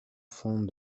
font